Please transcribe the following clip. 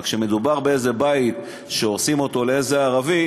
אבל כשמדובר באיזה בית שהורסים אותו לאיזה ערבי